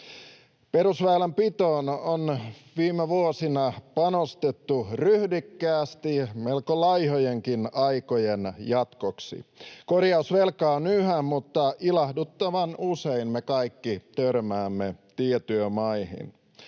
Perusväylänpitoon on viime vuosina panostettu ryhdikkäästi melko laihojenkin aikojen jatkoksi. Kor-jausvelkaa on yhä, mutta ilahduttavan usein me kaikki törmäämme tietyömaihin.